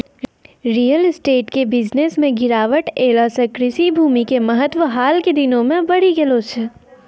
real estate के business मॅ गिरावट ऐला सॅ कृषि भूमि के महत्व हाल के दिनों मॅ बढ़ी गेलो छै